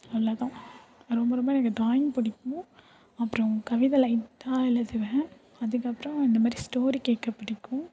அவ்வளோதான் ரொம்ப ரொம்ப எனக்கு ட்ராயிங் பிடிக்கும் அப்புறோம் கவிதை லைட்டாக எழுதுவேன் அதுக்கப்புறோம் இந்தமாதிரி ஸ்டோரி கேட்க பிடிக்கும்